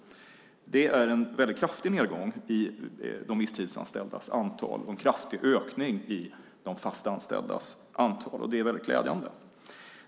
Det är en väldigt kraftig nedgång av antalet visstidsanställda och en kraftig ökning av antalet fast anställda. Det är väldigt glädjande.